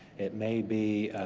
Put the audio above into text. it may be